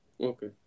Okay